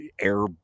air